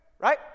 right